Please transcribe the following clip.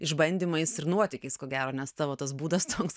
išbandymais ir nuotykiais ko gero nes tavo tas būdas toks